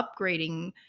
upgrading